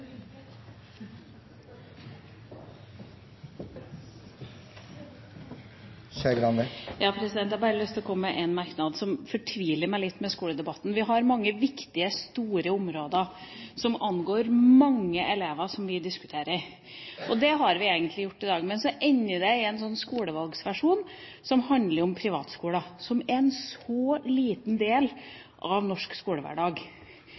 Skei Grande har hatt ordet to ganger og får ordet til en kort merknad, begrenset til 1 minutt. Jeg har bare lyst til å komme med én merknad om noe som fortviler meg litt med skoledebatten. Vi har mange viktige, store områder som angår mange elever, og som vi diskuterer. Det har vi egentlig gjort i dag. Men så ender det i en sånn skolevalgsversjon som handler om privatskoler, som